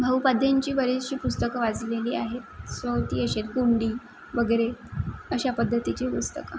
भाऊ पाध्यांची बरेचशी पुस्तकं वाजलेली आहेत सो ती अशी आहेत गुंडी वगैरे अशा पद्धतीची पुस्तकं